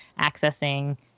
accessing